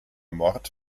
mord